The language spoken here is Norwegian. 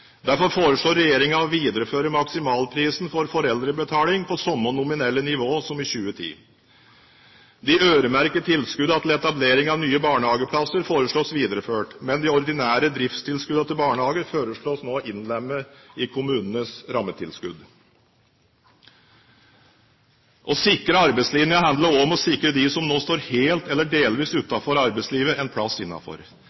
Derfor foreslår regjeringen å videreføre maksimalprisen for foreldrebetaling på samme nominelle nivå som i 2010. De øremerkede tilskuddene til etablering av nye barnehageplasser foreslås videreført, men de ordinære driftstilskuddene til barnehager foreslås nå innlemmet i kommunenes rammetilskudd. Å sikre arbeidslinja handler også om å sikre dem som nå står helt eller delvis